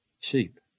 sheep